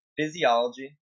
physiology